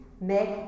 make